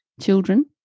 children